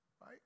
right